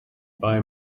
buy